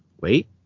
Wait